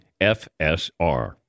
FSR